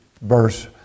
verse